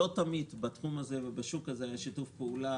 לא תמיד בתחום הזה ובשוק הזה היה שיתוף פעולה